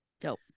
Dope